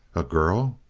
a girl?